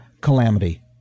calamity